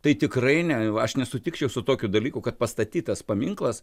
tai tikrai ne aš nesutikčiau su tokiu dalyku kad pastatytas paminklas